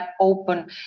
open